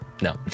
no